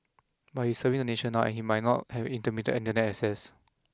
but he is serving the nation now and he might not have intermittent Internet access